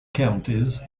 counties